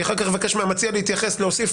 אני אחר כך אבקש מהמציע להתייחס ולהוסיף